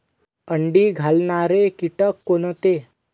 अंडी घालणारे किटक कोणते?